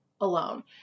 alone